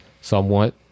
somewhat